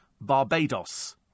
BARBADOS